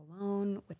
alone